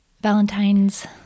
Valentines